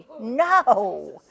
No